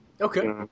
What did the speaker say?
Okay